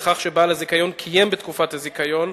בכך שבעל הזיכיון קיים בתקופת הזיכיון,